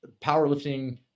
powerlifting